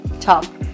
top